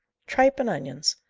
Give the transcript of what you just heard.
tripe and onions!